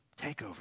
Takeover